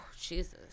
Jesus